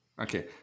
Okay